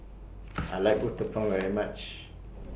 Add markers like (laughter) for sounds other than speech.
(noise) I like Uthapam very much